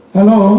Hello